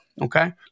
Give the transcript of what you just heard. okay